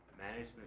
management